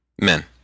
Men